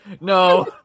No